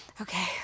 Okay